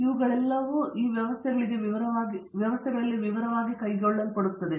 ಇವುಗಳೆಲ್ಲವೂ ಈ ವ್ಯವಸ್ಥೆಗಳಿಗೆ ವಿವರವಾಗಿ ಕೈಗೊಳ್ಳಲ್ಪಡುತ್ತವೆ